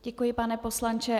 Děkuji, pane poslanče.